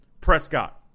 prescott